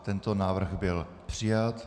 Tento návrh byl přijat.